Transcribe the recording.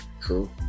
true